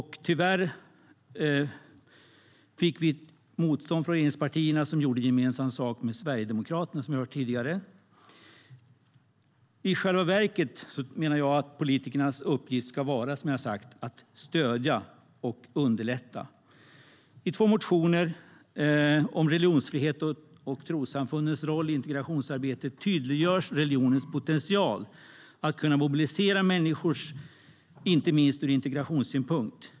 Här fick vi tyvärr motstånd från regeringspartierna som gjorde gemensam sak med Sverigedemokraterna. I själva verket, menar jag, borde politikernas uppgift vara att stödja och underlätta. I två motioner om religionsfrihet och trossamfundens roll i integrationsarbetet tydliggörs religionens potential att kunna mobilisera människor inte minst ur integrationssynpunkt.